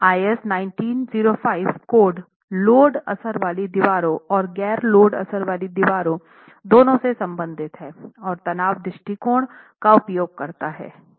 IS 1905 code load असर वाली दीवारों और गैर लोड असर वाली दीवारों दोनों से संबंधित है और तनाव दृष्टिकोण का उपयोग करता है